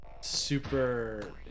super